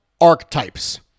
archetypes